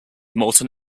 moulton